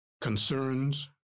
concerns